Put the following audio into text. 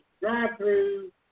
drive-through